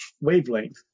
wavelength